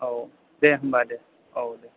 औ दे होनब्ला दे औ दे